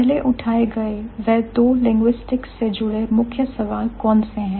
पहले उठाए गए वह दो लिंग्विस्टिक्स से जुड़े मुख्य सवाल कौन से हैं